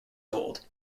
old